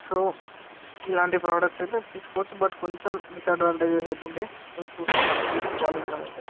so ఇలాంటి products అయితే తీసుకోవచ్చు బట్ కొంచెం డిస్ అడ్వాంటేజెస్ అయితుండే కొంచెం చూస్కొని తీస్కోవాలి మనమైతే